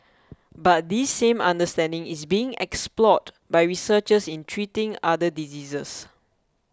but this same understanding is being explored by researchers in treating other diseases